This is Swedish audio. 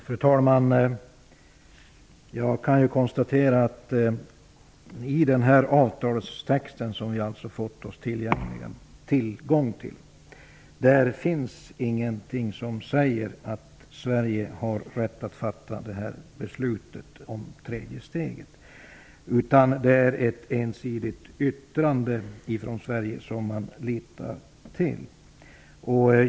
Fru talman! Jag kan konstatera att i den avtalstext som vi fått tillgång till finns ingenting som säger att Sverige har rätt att fatta beslutet om det tredje steget. Det är i stället ett ensidigt yttrande från Sverige som man litar till.